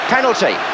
Penalty